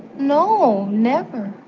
no, never